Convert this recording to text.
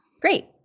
Great